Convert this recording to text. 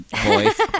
voice